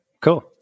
cool